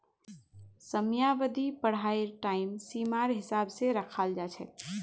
समयावधि पढ़ाईर टाइम सीमार हिसाब स रखाल जा छेक